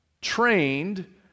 trained